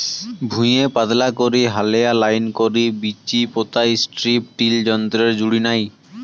ভুঁইয়ে পাতলা করি হালেয়া লাইন করি বীচি পোতাই স্ট্রিপ টিল যন্ত্রর জুড়ি নাই